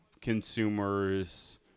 consumers